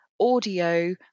audio